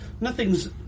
nothing's